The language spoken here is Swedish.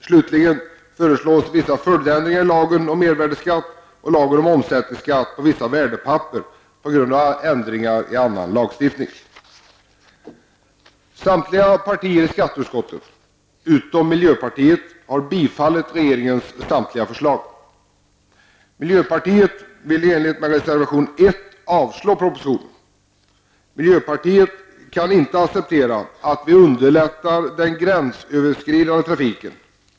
Slutligen föreslås vissa följdändringar i lagen om mervärdeskatt och i lagen om omsättningsskatt på vissa värdepapper på grund av ändringar i annan lagstiftning. Alla partier utom miljöpartiet har i skatteutskottet tillstyrkt samtliga förslag från regeringen. Miljöpartiet vill i enlighet med reservation 1 att propositionen skall avslås. Miljöpartiet kan inte acceptera att vi underlättar för den gränsöverskridande trafiken.